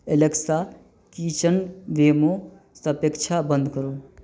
Alexa kitchen वेमोसँ अपेक्षा बन्द करू